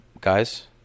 Guys